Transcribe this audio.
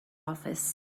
office